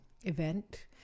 event